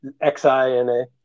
X-I-N-A